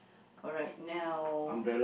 alright now